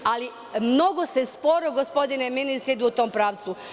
Ali mnogo se sporo, gospodine ministre, ide u tom pravcu.